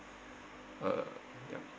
uh ya